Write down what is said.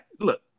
look